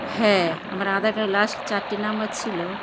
হ্যাঁ আমার আধার কার্ডে লাস্ট চারটে নাম্বার ছিল